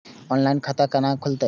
Online खाता केना खुलते?